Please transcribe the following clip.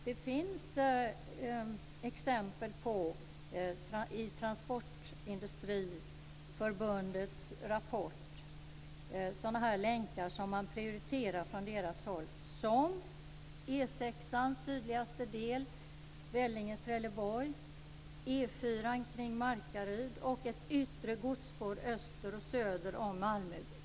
Det finns i Transportindustriförbundets rapport exempel på sådana länkar som man prioriterar, t.ex. E 6:ans sydligaste del Vellinge Trelleborg, E 4:an kring Markaryd och ett yttre godsspår öster och söder om Malmö.